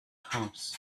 house